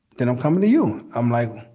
then i'm coming to you. i'm like,